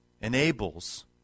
enables